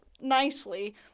nicely